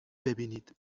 ببینید